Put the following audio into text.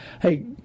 Hey